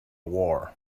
war